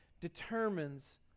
determines